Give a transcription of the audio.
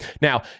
Now